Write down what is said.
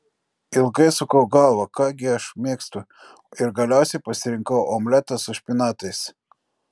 ilgai sukau galvą ką gi aš mėgstu ir galiausiai pasirinkau omletą su špinatais